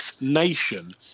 Nation